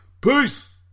Peace